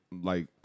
like-